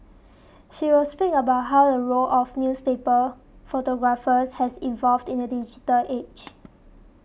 she will speak about how the role of newspaper photographers has evolved in the digital age